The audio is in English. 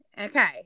okay